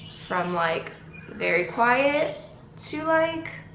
from like very quiet to like.